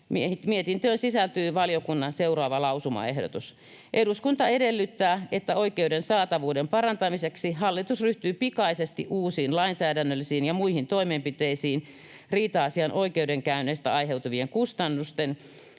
mietintöön sisältyy seuraava valiokunnan lausumaehdotus: ”Eduskunta edellyttää, että oikeuden saatavuuden parantamiseksi hallitus ryhtyy pikaisesti uusiin lainsäädännöllisiin ja muihin toimenpiteisiin riita-asian oikeudenkäynneistä aiheutuvien kustannusten